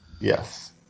Yes